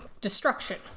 destruction